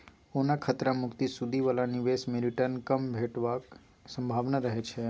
ओना खतरा मुक्त सुदि बला निबेश मे रिटर्न कम भेटबाक संभाबना रहय छै